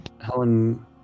Helen